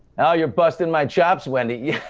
oh, you're busting my chops, wendy.